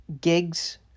gigs